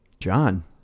John